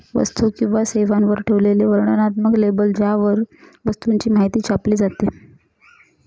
वस्तू किंवा सेवांवर ठेवलेले वर्णनात्मक लेबल ज्यावर वस्तूची माहिती छापली जाते